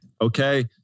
Okay